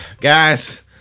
Guys